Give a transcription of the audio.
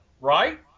right